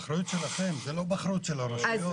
באחריות שלכם, זה לא באחריות של הרשויות.